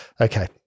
Okay